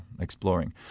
exploring